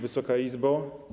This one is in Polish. Wysoka Izbo!